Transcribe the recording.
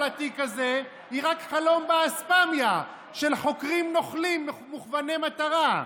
התיק הזה היא רק חלום באספמיה של חוקרים נוכלים מוכווני מטרה,